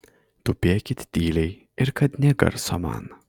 tupėkit tyliai ir kad nė garso man